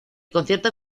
concierto